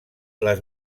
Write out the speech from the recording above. les